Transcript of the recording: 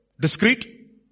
discreet